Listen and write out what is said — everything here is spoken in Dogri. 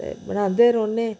बनांदे रौह्ने